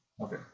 Okay